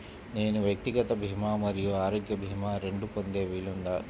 నేను వ్యక్తిగత భీమా మరియు ఆరోగ్య భీమా రెండు పొందే వీలుందా?